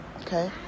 okay